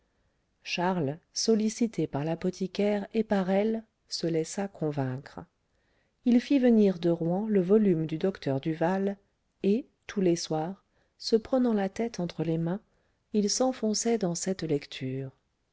charles sollicité par l'apothicaire et par elle se laissa convaincre il fit venir de rouen le volume du docteur duval et tous les soirs se prenant la tête entre les mains il s'enfonçait dans cette lecture